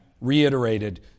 reiterated